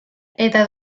eta